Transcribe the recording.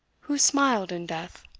who smiled in death